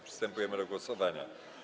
Przystępujemy do głosowania.